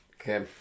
Okay